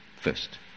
first